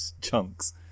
chunks